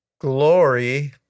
glory